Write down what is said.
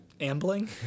ambling